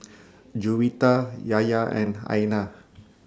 Juwita Yahya and Aina